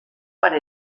para